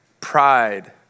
pride